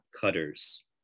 cutters